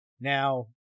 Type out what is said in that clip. Now